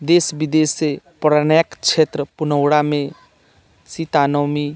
देश विदेशसँ प्रणयक क्षेत्र पुनौरामे सीता नवमी